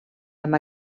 amb